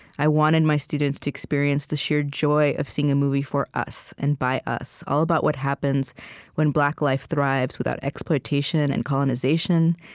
i wanted my students to experience the sheer joy of seeing a movie for us and by us, all about what happens when black life thrives without exploitation and colonization.